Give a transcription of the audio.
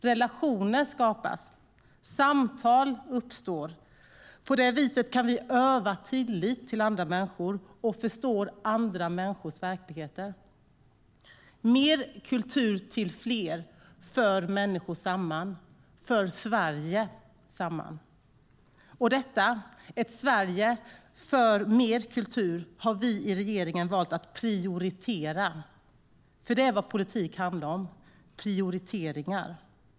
Relationer skapas. Samtal uppstår. På det viset kan vi öva tillit till andra människor och förstå andra människors verkligheter. Mer kultur till fler för människor samman, för Sverige samman. Detta, ett Sverige för mer kultur, har vi i regeringen valt att prioritera, för det är vad politik handlar om - prioriteringar.